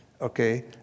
okay